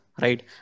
right